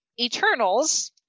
Eternals